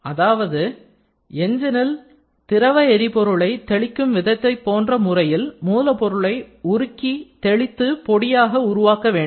அதாவது என்ஜினில் திரவ எரிபொருளை தெளிக்கும் விதத்தை போன்ற முறையில் மூலப்பொருளை உருக்கி தெளித்து பொடியாக உருவாக்க வேண்டும்